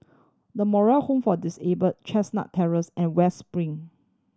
The Moral Home for Disabled Chestnut Terrace and West Spring